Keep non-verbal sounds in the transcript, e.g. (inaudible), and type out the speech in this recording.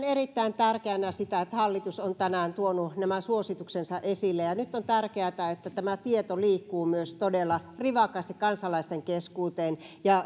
(unintelligible) erittäin tärkeänä sitä että hallitus on tänään tuonut nämä suosituksensa esille nyt on tärkeätä että tämä tieto myös liikkuu todella rivakasti kansalaisten keskuuteen ja (unintelligible)